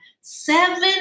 seven